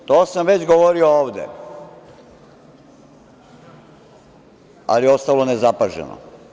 O tome sam već govorio ovde, ali je ostalo nezapaženo.